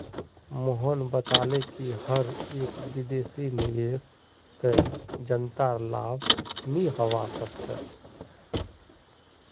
मोहन बताले कि हर एक विदेशी निवेश से जनतार लाभ नहीं होवा सक्छे